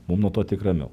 mum nuo to tik ramiau